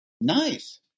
Nice